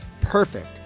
perfect